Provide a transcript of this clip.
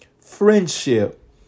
friendship